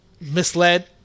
misled